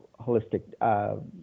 holistic